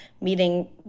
meeting